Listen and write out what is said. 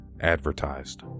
advertised